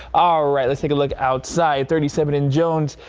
ah right, let's take a look outside thirty seven in jones.